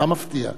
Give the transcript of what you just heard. מה מפתיע?